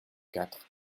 quatre